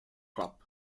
club